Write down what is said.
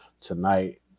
tonight